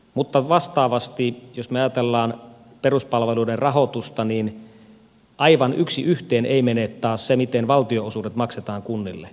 mutta vastaavasti jos me ajattelemme peruspalveluiden rahoitusta niin aivan yksi yhteen ei mene taas se miten valtionosuudet maksetaan kunnille